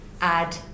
add